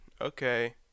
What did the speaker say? Okay